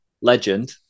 legend